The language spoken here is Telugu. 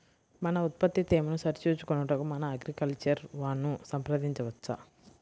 మన ఉత్పత్తి తేమను సరిచూచుకొనుటకు మన అగ్రికల్చర్ వా ను సంప్రదించవచ్చా?